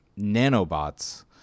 nanobots